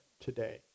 today